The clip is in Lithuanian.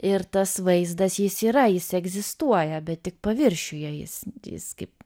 ir tas vaizdas jis yra jis egzistuoja bet tik paviršiuje jis jis kaip